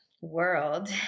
world